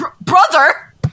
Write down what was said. brother